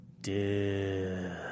Dude